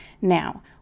Now